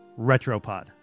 Retropod